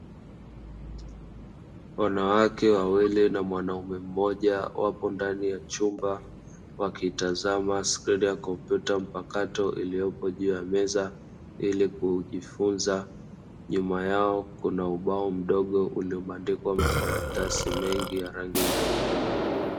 Wanawake wawili na mwanaume mmoja wapo ndani ya chumba wakitazama skrini ya kompyuta mpakato iliyopo juu ya meza ili kujifunza. Nyuma yao kuna ubao mdogo uliobadikwa makaratasi mengi ya rangi nyeupe.